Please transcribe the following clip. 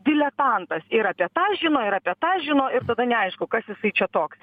diletantas ir apie tą žino ir apie tą žino ir tada neaišku kas jisai čia toks